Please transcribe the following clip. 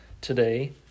today